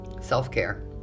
Self-care